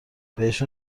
بهشون